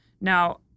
Now